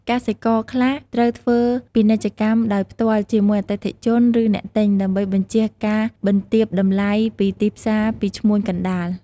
កសិករខ្លះត្រូវធ្វើពាណិជ្ជកម្មដោយផ្ទាល់ជាមួយអតិថិជន ឬអ្នកទិញ ដើម្បីបញ្ជៀសការបន្ទាបតម្លៃពីទីផ្សារពីឈ្មួញកណ្ដាល។